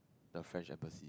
the french embassy